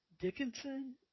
Dickinson